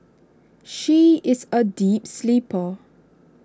she is A deep sleeper